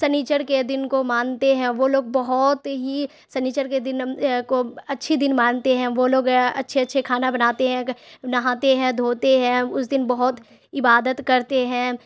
سنیچر کے دن کو مانتے ہیں وہ لوگ بہت ہی سنیچر کے دن کو اچھی دن مانتے ہیں وہ لوگ اچھے اچھے کھانا بناتے ہیں نہاتے ہیں دھوتے ہیں اس دن بہت عبادت کرتے ہیں